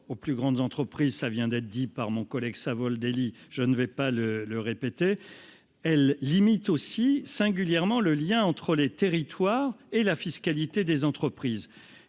aux plus grandes entreprises, ça vient d'être dit par mon collègue Savoldelli, je ne vais pas le le répéter, elle limite aussi singulièrement le lien entre les territoires et la fiscalité des entreprises